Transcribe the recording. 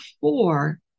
four